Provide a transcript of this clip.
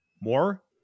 More